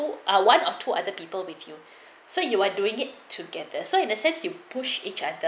are one of two other people with you so you are doing it together so in a sense you push each other